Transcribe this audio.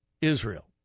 Israel